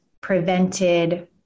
prevented